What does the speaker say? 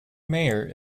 mayor